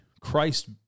Christ